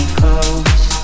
close